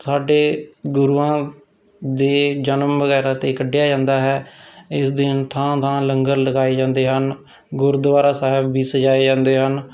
ਸਾਡੇ ਗੁਰੂਆਂ ਦੇ ਜਨਮ ਵਗੈਰਾ 'ਤੇ ਕੱਢਿਆ ਜਾਂਦਾ ਹੈ ਇਸ ਦਿਨ ਥਾਂ ਥਾਂ ਲੰਗਰ ਲਗਾਏ ਜਾਂਦੇ ਹਨ ਗੁਰਦੁਆਰਾ ਸਾਹਿਬ ਵੀ ਸਜਾਏ ਜਾਂਦੇ ਹਨ